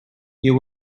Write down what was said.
you